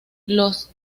los